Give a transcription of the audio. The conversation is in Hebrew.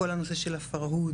כל הנושא של הפרהוד,